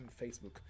Facebook